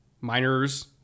Miners